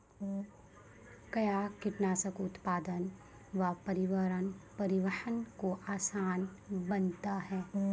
कया कीटनासक उत्पादन व परिवहन को आसान बनता हैं?